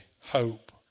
hope